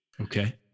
Okay